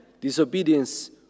disobedience